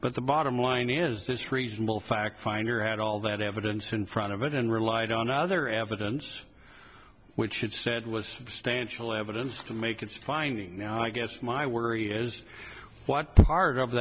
but the bottom line is this reasonable fact finder had all that evidence in front of it and relied on other evidence which it said was stansell evidence to make its findings you know i guess my worry is what part of